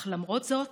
אך למרות זאת,